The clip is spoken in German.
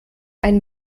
ein